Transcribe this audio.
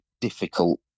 difficult